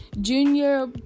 Junior